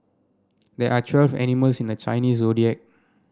there are twelve animals in the Chinese Zodiac